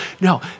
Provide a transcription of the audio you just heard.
No